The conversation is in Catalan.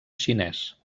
xinès